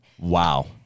Wow